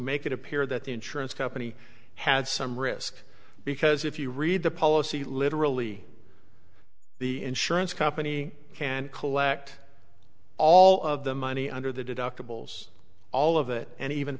make it appear that the insurance company has some risk because if you read the policy literally the insurance company can collect all of the money under the deductibles all of it and even